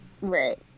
Right